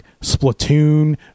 Splatoon